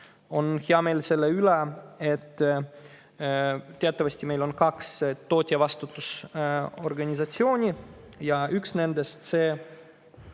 hea meel on selle üle, et teatavasti meil on kaks tootjavastutusorganisatsiooni, üks nendest